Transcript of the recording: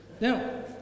Now